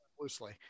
loosely